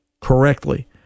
correctly